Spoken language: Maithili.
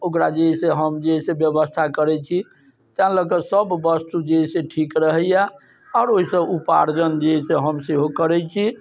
ओकरा जे है से हम जे है से व्यवस्था करै छी तै लऽके सब वस्तु जे है से ठीक रहैये आओर ओइसँ उपार्जन जे है से हम सेहो करै छी